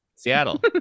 Seattle